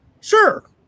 sure